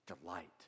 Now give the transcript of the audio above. delight